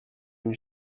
une